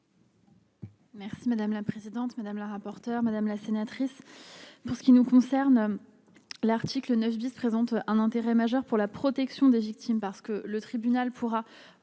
Merci madame la présidente, madame la rapporteure, madame la sénatrice pour ce qui nous concerne. L'article 9 bis présente un intérêt majeur pour la protection des victimes, parce que le tribunal pourra